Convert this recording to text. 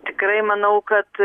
tikrai manau kad